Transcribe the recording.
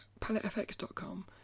palettefx.com